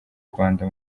rwanda